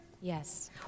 Yes